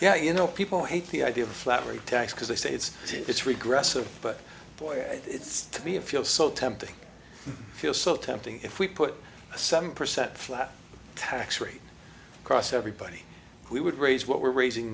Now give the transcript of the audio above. yeah you know people hate the idea of a flat rate tax because they say it's it's regressive but boy it's to be a feel so tempting feel so tempting if we put a seven percent flat tax rate across everybody we would raise what we're raising